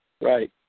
Right